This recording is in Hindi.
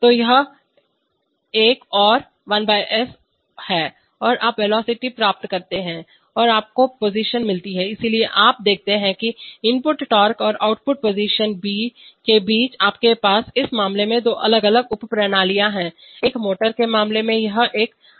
तो यह एक और 1 s है और आप वेलोसिटी प्राप्त करते हैं और आपको पोजीशन मिलती है इसलिए आप देखते हैं कि इनपुट टार्क और आउटपुट पोजीशन बीच आपके पास इस मामले में दो अलग अलग उपप्रणालियां हैं एक मोटर के मामले में यह एक अभिन्न है